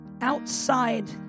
outside